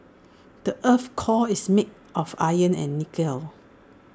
the Earth's core is made of iron and nickel